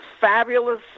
fabulous